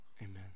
amen